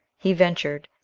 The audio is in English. he ventured,